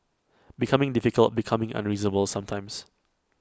becoming difficult becoming unreasonable sometimes